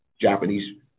japanese